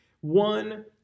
One